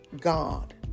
God